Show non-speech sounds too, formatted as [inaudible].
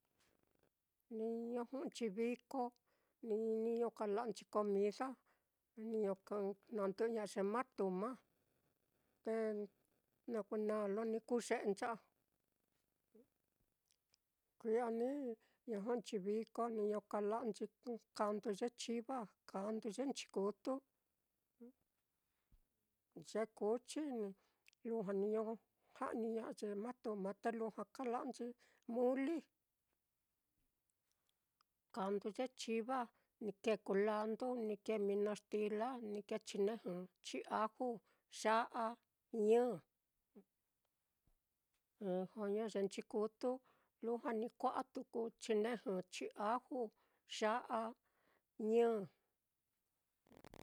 Niño jɨꞌɨnchi viko niño kala'nchi comida, niño nandɨꞌɨña'a ye martuma, te na lo ni kuu ye'encha'a, kui'a niño jɨꞌɨnchi viko niño kala'anchi kandu ye chiva, kandu ye nchikutu, [noise] ye kuchi ni [noise] lujua niño ja'niña'a ye martuma, te lujua kala'anchi muli, kandu ye chiva ni kēē kulandu, ni kēē mino stila, ni kēē chinejɨ, chiaju, ya'a, ñɨ, [noise] joño ye nchikutu lujua ni kua'a tuku, chinejɨ, chiaju, ya'a, ñɨ.